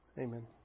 Amen